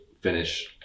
finish